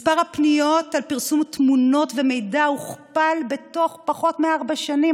מספר הפניות על פרסום תמונות ומידע הוכפל בתוך פחות מארבע שנים,